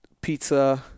pizza